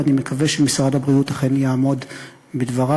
ואני מקווה שמשרד הבריאות אכן יעמוד בדבריו.